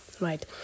right